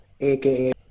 AKA